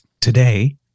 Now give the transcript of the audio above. Today